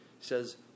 says